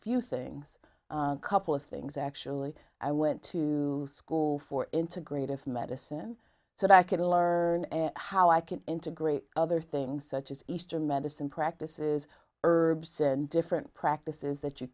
few things couple of things actually i went to school for integrative medicine that i can learn and how i can integrate other things such as eastern medicine practices herbs and different practices that you